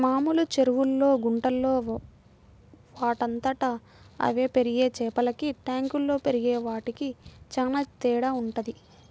మామూలు చెరువుల్లో, గుంటల్లో వాటంతట అవే పెరిగే చేపలకి ట్యాంకుల్లో పెరిగే వాటికి చానా తేడా వుంటది